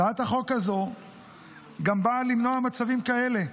הצעת החוק הזו באה למנוע גם מצבים כאלה,